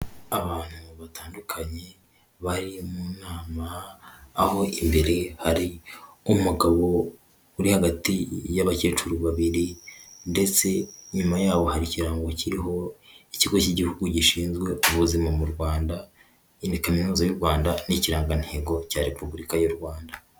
Abantu batandukanye bari mu nama, aho imbere hari umugabo uri hagati y'abakecuru babiri ndetse inyuma yaho hari ikirango kiriho ikigo cy'Igihugu gishinzwe ubuzima mu Rwanda, iyi ni kaminuza y'u Rwanda n'ikirangantego cya Repubulika y'u Rwanda.